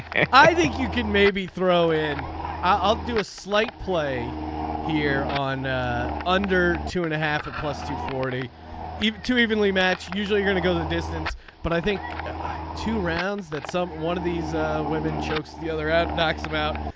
i think you can maybe throw in i'll do a slight play here on under two and a half foot plus to forty even two evenly matched. usually you're gonna go the distance but i think two rounds that some one of these women chokes the other out knocks them out.